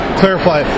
clarify